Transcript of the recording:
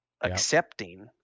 accepting